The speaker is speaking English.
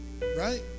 right